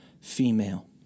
female